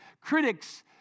Critics